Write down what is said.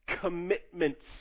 commitments